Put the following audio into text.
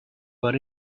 but